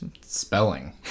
spelling